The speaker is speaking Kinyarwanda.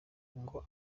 ngo